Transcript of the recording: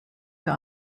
für